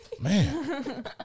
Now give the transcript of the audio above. Man